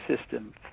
system